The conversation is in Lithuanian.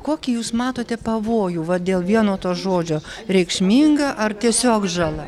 kokį jūs matote pavojų vat dėl vieno to žodžio reikšminga ar tiesiog žala